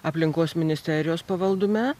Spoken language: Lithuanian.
aplinkos ministerijos pavaldume